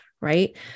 right